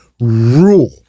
rule